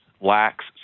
lacks